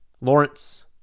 Lawrence